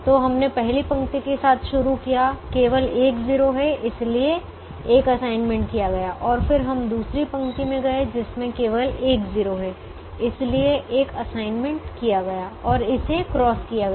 तो हमने पहली पंक्ति के साथ शुरू किया केवल एक 0 है इसलिए एक असाइनमेंट किया गया और फिर हम दूसरी पंक्ति में गए जिसमें केवल एक 0 है इसलिए एक असाइनमेंट किया गया और इसे क्रॉस किया गया